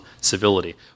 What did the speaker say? civility